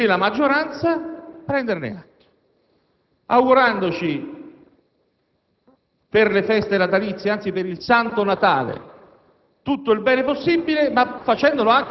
e poi nel Senato e nella maggioranza, prenderne atto. Auguriamoci per le feste natalizie, anzi per il Santo Natale,